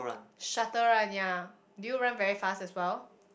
shuttle run yeah do you run very fast as well